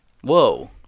Whoa